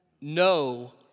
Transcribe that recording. No